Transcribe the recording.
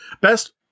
best